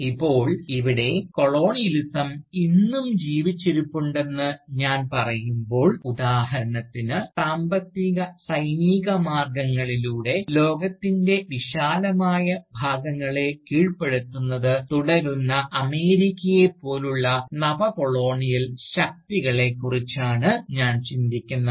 ഇപ്പോൾ ഇവിടെ കൊളോണിയലിസം ഇന്നും ജീവിച്ചിരിപ്പുണ്ടെന്ന് ഞാൻ പറയുമ്പോൾ ഉദാഹരണത്തിന് സാമ്പത്തിക സൈനിക മാർഗങ്ങളിലൂടെ ലോകത്തിൻറെ വിശാലമായ ഭാഗങ്ങളെ കീഴ്പ്പെടുത്തുന്നത് തുടരുന്ന അമേരിക്കയെപ്പോലുള്ള നവ കൊളോണിയൽ ശക്തികളെക്കുറിച്ചാണ് ഞാൻ ചിന്തിക്കുന്നത്